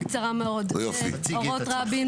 באורות רבין